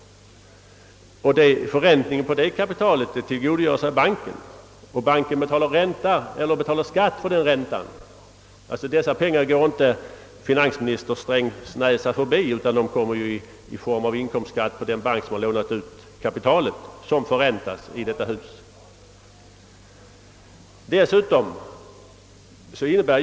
Förräntningen av detta kapital tillgodogör sig banken, som betalar skatt på denna ränta, varför dessa pengar inte går finansminister Strängs näsa förbi. De kommer i stället i form av inkomstskatt från den bank som lånat ut kapitalet.